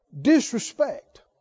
disrespect